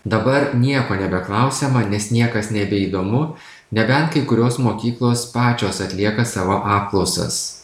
dabar nieko nebeklausiama nes niekas nebeįdomu nebent kai kurios mokyklos pačios atlieka savo apklausas